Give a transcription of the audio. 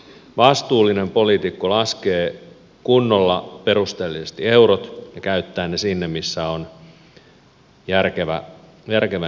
vastuullinen poliitikko laskee kunnolla perusteellisesti eurot ja käyttää ne sinne missä on järkevä niitä käyttää